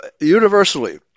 Universally